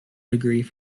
degrees